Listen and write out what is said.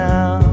Now